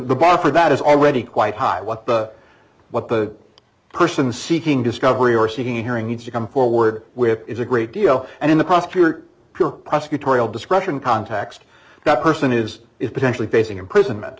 the bar for that is already quite high what the what the person seeking discovery or seeking a hearing needs to come forward with is a great deal and in the prosecutor your prosecutorial discretion context that person is potentially facing imprisonment